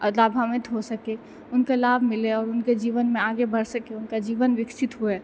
लाभान्वित हो सकै हुनके लाभ मिलै आओर हुनके जीवनमे आगे बढ़ि सकै हुनका जीवन विकसित हुअए